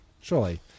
surely